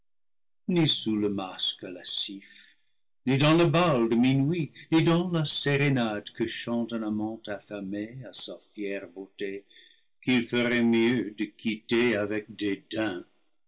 sous le masque lascif ni dans le bal de minuit ni dans la sérénade que chante un amant affamé à sa fière beauté qu'il ferait mieux de quitter avec